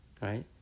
right